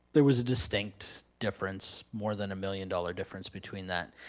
there was a distinct difference, more than a million dollar difference between that.